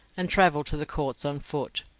and travel to the courts on foot.